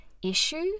Issue